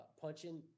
punching